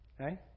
Okay